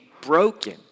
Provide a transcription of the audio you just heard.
broken